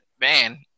man